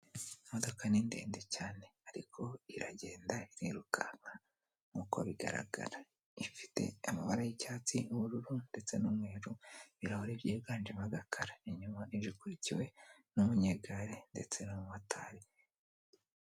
Iyi modoka ni ndende cyane ariko iragenda irirukanka nkuko bigaragara, ifite amabara y'icyatsi, ubururu, ndetse n'umweru, ibirahuri byiganjemo agakara, inyuma ije ikurikiwe n'umunyegare ndetse n'umumotari.